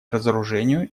разоружению